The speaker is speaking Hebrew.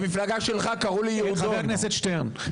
חבר הכנסת שטרן,